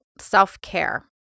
self-care